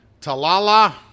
Talala